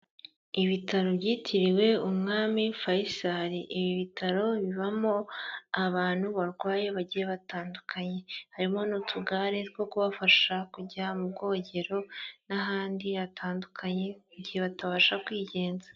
Ibitaro byitiriwe Umwami Faisali, ibi bitaro bibamo abantu barwaye bagiye batandukanye, harimo n'utugare two kubafasha kujya mu bwogero n'ahandi hatandukanye, igihe batabasha kwigenza.